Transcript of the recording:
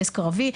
דסק ערבי,